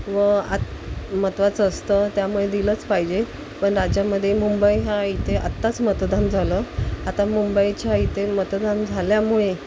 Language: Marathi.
मग आ महत्त्वाचं असतं त्यामुळे दिलंच पाहिजे पण राज्यामध्ये मुंबई हा इथे आत्ताच मतदान झालं आता मुंबईच्या इथे मतदान झाल्यामुळे